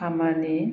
खामानि